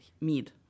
meat